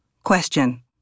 Question